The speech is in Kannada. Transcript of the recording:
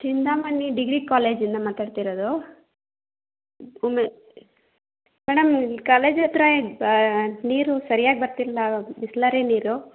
ಚಿಂತಾಮಣಿ ಡಿಗ್ರಿ ಕಾಲೇಜಿಂದ ಮಾತಾಡ್ತಿರೋದು ವುಮೆ ಮೇಡಮ್ ನಿಮ್ಮ ಕಾಲೇಜ್ ಹತ್ತಿರ ನೀರು ಸರ್ಯಾಗಿ ಬರ್ತಿಲ್ಲ ಬಿಸ್ಲರಿ ನೀರು